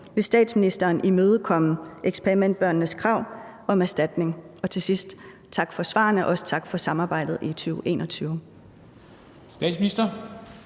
Vil statsministeren imødekomme eksperimentbørnenes krav om erstatning? Og til sidst: Tak for svarene, og også tak for samarbejdet i 2021.